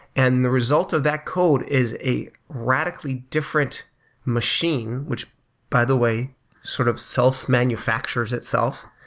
and the result of that code is a radically different machine, which by the way sort of self manufactures itself